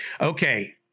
Okay